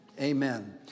Amen